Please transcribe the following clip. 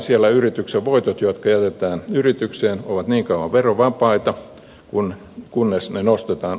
siellä yrityksen voitot jotka jätetään yritykseen ovat niin kauan verovapaita kunnes ne nostetaan osinkoina